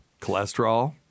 Cholesterol